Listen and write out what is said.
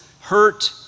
hurt